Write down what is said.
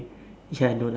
ya no life